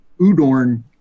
Udorn